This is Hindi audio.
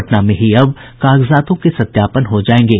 पटना में ही अब कागजातों के सत्यापन हो जायेंगे